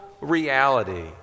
reality